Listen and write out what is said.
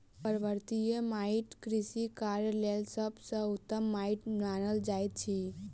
पर्वतीय माइट कृषि कार्यक लेल सभ सॅ उत्तम माइट मानल जाइत अछि